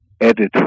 edit